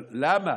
אבל למה,